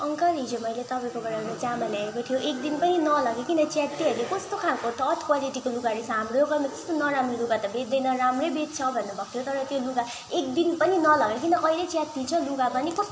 uncle हिजो मैले तपाईँकोबाट एउटा जामा ल्याएको थियो एक दिन पनि नलगाइकन च्यातिइहाल्यो कस्तो खालको थर्ड क्वालिटीको लुगा रहेछ हाम्रो यो गाउँमा त्यस्तो नराम्रो लुगा त बेच्दैन राम्रै बेच्छ भन्नुभएको थियो तर त्यो लुगा एक दिन पनि नलगाइकन कहिल्यै च्यातिन्छ लुगा पनि